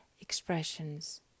expressions